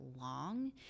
long